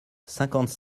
cinquante